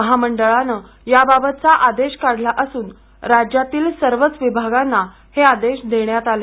महामंडळानं याबाबतचा आदेश काढला असून राज्यातील सर्वच विभागांना हे आदेश देण्यात आले